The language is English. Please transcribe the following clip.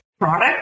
product